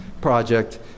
Project